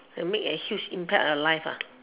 that make a huge impact on life ah